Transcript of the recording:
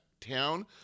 town